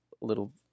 little